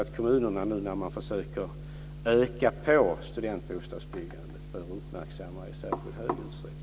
När kommunerna nu försöker öka studentbostadsbyggandet är detta en fråga som de bör uppmärksamma i särskilt stor utsträckning.